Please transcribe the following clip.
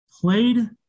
played